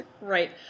Right